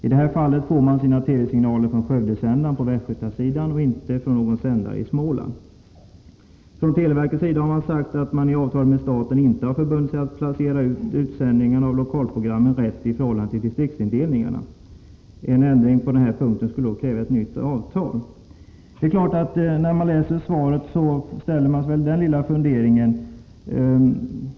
I det här fallet får man sina TV-signaler från Skövdesändaren på Västgötasidan, inte från en sändare i Småland. Från televerkets sida har man sagt att man inte i avtalet med staten har förbundit sig att placera utsändningen av lokalprogrammen rätt i förhållande till distriktsindelningarna. En ändring på den punkten skulle kräva ett nytt avtal. När man läser svaret inställer sig en liten fundering.